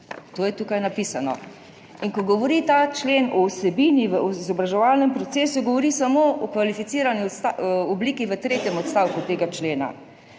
To je tukaj napisano. In ko govori ta člen o vsebini v izobraževalnem procesu, govori samo o kvalificirani obliki v tretjem odstavku tega člena.